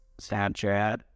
Snapchat